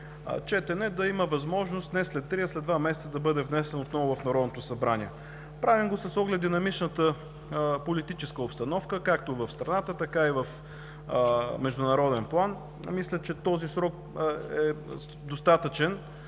за да има възможност не след три, а след два месеца да бъде внесен отново в Народното събрание. Правим го с оглед на динамичната политическа обстановка – както в страната, така и в международен план. Мисля, че този срок е достатъчен.